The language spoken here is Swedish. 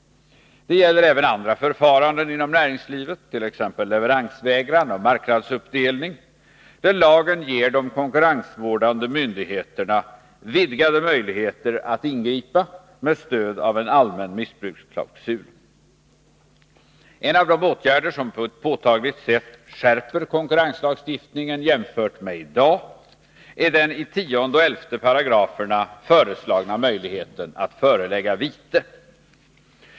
Det gäller även andra förfaranden inom näringslivet, t.ex. leveransvägran och marknadsuppdelning, där lagen ger de konkurrensvårdande myndigheterna vidgade möjligheter att ingripa med stöd av en allmän missbruksklausul. En av de åtgärder som på ett påtagligt sätt skärper konkurrenslagstiftningen jämfört med i dag är den i 10 § och 11 § föreslagna möjligheten att förelägga viten.